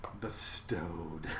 bestowed